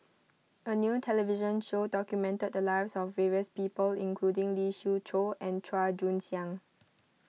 a new television show documented the lives of various people including Lee Siew Choh and Chua Joon Siang